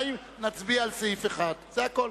נצביע על סעיף 1. זה הכול,